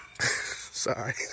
Sorry